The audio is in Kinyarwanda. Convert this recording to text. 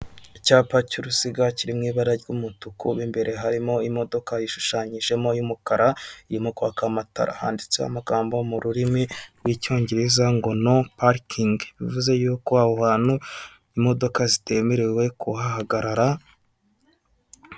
Icyapa cy'uruziga kiri mu ibara ry'umutuku'imbere harimo imodoka ishushanyijemo y'umukara irimo kwaka amatara handitse amagambo mu rurimi rw'icyongereza ngo no parikingi bivuze yuko aho hantu imodoka zitemerewe kuhahagarara.